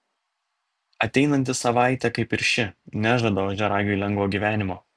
ateinanti savaitė kaip ir ši nežada ožiaragiui lengvo gyvenimo